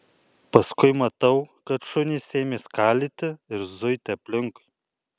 paskui matau kad šunys ėmė skalyti ir zuiti aplinkui